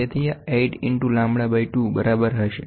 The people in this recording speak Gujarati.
તેથી આ 8 ઇન્ટુ લેમ્બડા બાઈ 2 બરાબર હશે